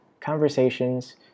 Conversations